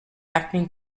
acting